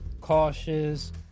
Cautious